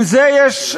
עם זה יש,